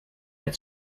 mehr